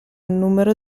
numero